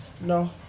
No